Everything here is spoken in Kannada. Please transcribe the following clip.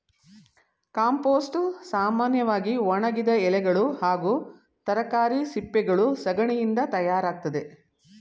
ಕಾಂಪೋಸ್ಟ್ ಸಾಮನ್ಯವಾಗಿ ಒಣಗಿದ ಎಲೆಗಳು ಹಾಗೂ ತರಕಾರಿ ಸಿಪ್ಪೆಗಳು ಸಗಣಿಯಿಂದ ತಯಾರಾಗ್ತದೆ